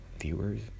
viewers